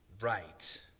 right